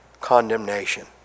condemnation